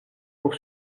pour